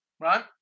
right